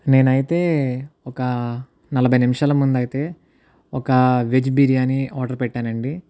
నేను అయితే ఒక నలభై నిమిషాల ముందు అయితే ఒక వెజ్ బిర్యానీ ఆర్డర్ పెట్టాను అండి